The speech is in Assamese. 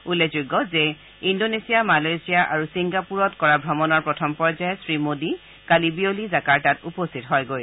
উল্লেখযোগ্য যে ইশ্গোনেছিয়া মালয়েচিয়া আৰু ছিংগাপুৰত কৰা ভ্ৰমণৰ প্ৰথম পৰ্যায়ত শ্ৰীমোদী কালি বিয়লি জাকাৰ্টাত উপস্থিত হয়গৈ